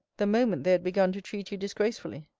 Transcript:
the moment they had begun to treat you disgracefully.